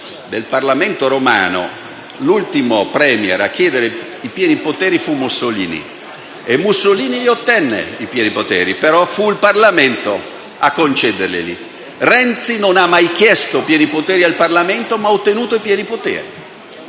del Parlamento romano l'ultimo *Premier* a chiedere i pieni poteri fu Mussolini, e li ottenne, ma fu il Parlamento a concederglieli. Renzi non ha mai chiesto pieni poteri al Parlamento, ma li ha ottenuti. Renzi